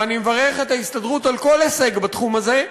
ואני מברך את ההסתדרות על כל הישג בתחום הזה,